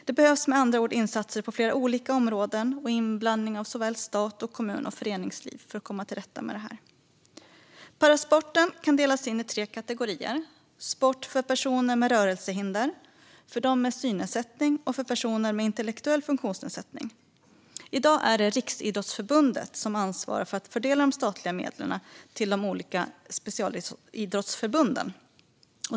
Det behövs med andra ord insatser på flera olika områden och inblandning av såväl stat som kommun och föreningsliv för att komma till rätta med det. Parasporten kan delas in i tre kategorier: sport för personer med rörelsehinder, för dem med synnedsättning och för dem med intellektuell funktionsnedsättning. I dag är det Riksidrottsförbundet som ansvarar för att fördela de statliga medlen till de olika specialidrottsförbunden.